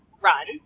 run